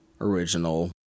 original